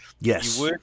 Yes